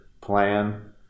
plan